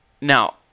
Now